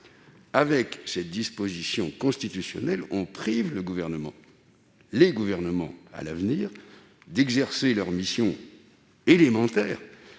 Avec cette disposition constitutionnelle, on prive les gouvernements, à l'avenir, d'exercer leur mission élémentaire